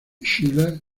schiller